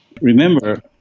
remember